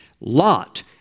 Lot